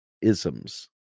isms